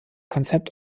konzept